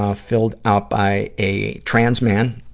ah filled out by a trans man,